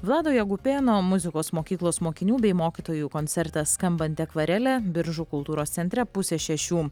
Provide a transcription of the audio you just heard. vlado jakubėno muzikos mokyklos mokinių bei mokytojų koncertas skambanti akvarelė biržų kultūros centre pusę šešių